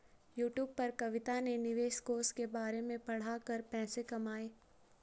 YouTube पर कविता ने निवेश कोष के बारे में पढ़ा कर पैसे कमाए